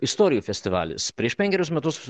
istorijų festivalis prieš penkerius metus